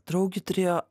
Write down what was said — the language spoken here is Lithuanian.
draugių turėjo